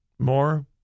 More